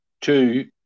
Two